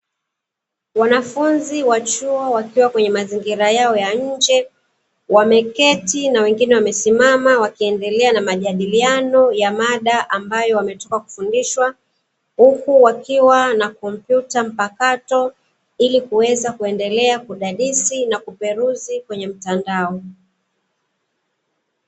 Wanafunzi wa chuo wakiwa kwenye mazingira yao ya nje, wameketi na wengine wamesimama wakiendelea na majadiliano ya mada ambayo wametoka kufundishwa, huku wakiwa na kompyuta mpakato, ili kuweza kuendelea kudadisi na kuperuzi kwenye mtandao.